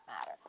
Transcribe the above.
matter